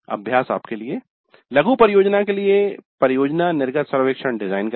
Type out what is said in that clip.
अभ्यासः लघु परियोजना के लिए परियोजना निर्गत सर्वेक्षण डिजाइन करें